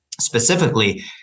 specifically